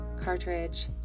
Cartridge